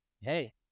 Hey